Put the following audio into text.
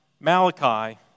Malachi